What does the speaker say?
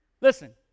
Listen